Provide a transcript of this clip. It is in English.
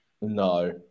No